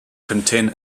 contain